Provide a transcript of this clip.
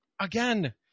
again